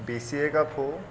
B C A खां पोइ